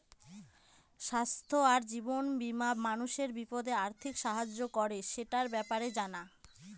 স্বাস্থ্য আর জীবন বীমা মানুষের বিপদে আর্থিক সাহায্য করে, সেটার ব্যাপারে জানা